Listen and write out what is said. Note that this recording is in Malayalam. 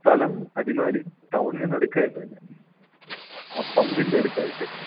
സ്ഥലം അടിമാലി ടൗണിന് നടുക്കായിട്ട് തന്നെ ആ പമ്പിൻറ്റടുത്തായിട്ട്